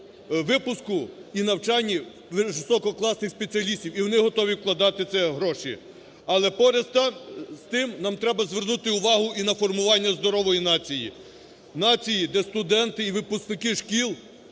випуску і навчанні висококласних спеціалістів, і вони готові вкладати в це гроші. Але поряд з тим нам треба звернути увагу і на формування здорової нації, нації, де студенти і випускники шкіл